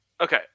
Okay